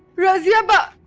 razia but